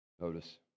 Notice